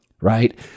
right